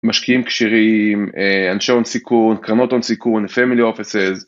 משקיעים כשירים, אנשי הון סיכון, קרנות הון סיכון, family offices.